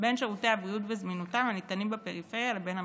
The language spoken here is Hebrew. בין שירותי הבריאות וזמינותם הניתנים בפריפריה ובין המרכז,